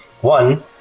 One